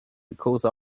because